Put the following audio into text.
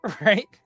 Right